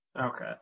Okay